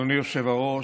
אדוני היושב-ראש,